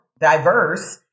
diverse